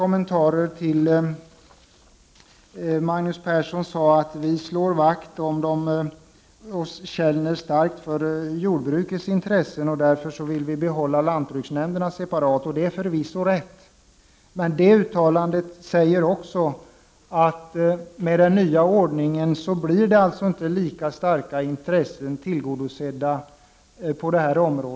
Magnus Persson sade att socialdemokraterna känner starkt för jordbrukets intressen, varför socialdemokraterna vill behålla lantbruksnämnderna separat. Det är förvisso riktigt. Men med den nya ordningen blir inte intressena på det här området lika starkt tillgodosedda som nu.